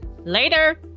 Later